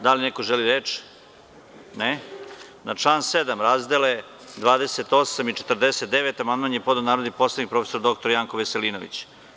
Da li neko želi reč? (Ne) Na član 7. razdele 28 i 49 amandman je podneo narodni poslanik prof. dr Janko Veselinović.